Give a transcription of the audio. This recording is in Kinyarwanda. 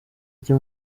rya